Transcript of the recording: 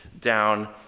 down